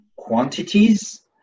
Quantities